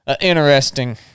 interesting